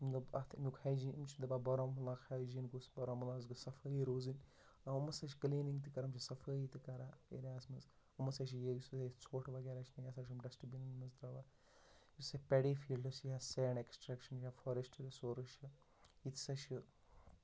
مطلب اَتھ اَمیُٚک ہایجیٖن یِم چھِ دَپان بارہمولاہُک ہایجیٖن گوٚژھ بارہمولاہَس گٔژھ صفٲیی روزٕنۍ یِم ہَسا چھِ کِلیٖنِنٛگ تہِ کَران یہِ صفٲیی تہِ کَران ایریا ہَس منٛز أمی ہَسا چھِ یُس یہِ ژھۄٹھ وغیرہ چھِ نیران یہِ ہَسا چھِ یِم ڈَسٹٕبیٚنَن منٛز ترٛاوان یُس سا پیڈی فیٖلڈٕس چھِ یا سینڈ ایکٕسٹرٛیکشَن یا فاریسٹ رِسورس چھِ یِتہ سا چھِ